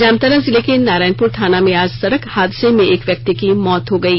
जामताड़ा जिले के नारायणपुर थाना में आज सड़क हादसे में एक व्यक्ति की मौत हो गयी